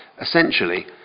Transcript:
essentially